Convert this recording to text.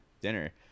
dinner